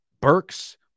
Burks